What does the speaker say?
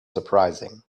surprising